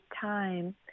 time